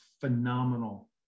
phenomenal